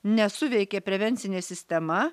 nesuveikė prevencinė sistema